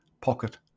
pocket